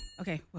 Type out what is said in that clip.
Okay